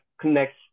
connects